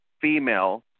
female